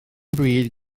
bryd